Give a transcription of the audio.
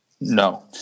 No